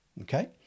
okay